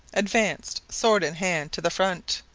advanced, sword in hand, to the front,